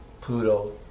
Pluto